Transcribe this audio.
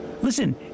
Listen